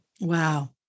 Wow